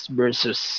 versus